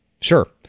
sure